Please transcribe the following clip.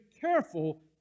careful